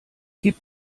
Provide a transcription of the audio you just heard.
gib